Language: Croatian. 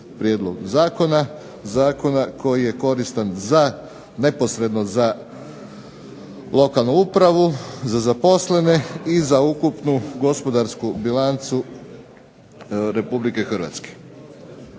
Prijedlog zakona koji je koristan neposredno za lokalnu upravu, za zaposlenu i za ukupnu gospodarsku bilancu Republike Hrvatske.